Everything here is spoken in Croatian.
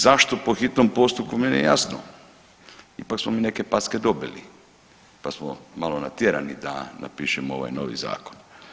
Zašto po hitnom postupku meni je jasno, ipak smo mi neke packe dobili pa smo malo natjerani da napišemo ovaj novi zakon.